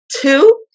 two